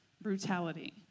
brutality